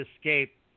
escape